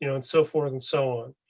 you know and so forth and so on.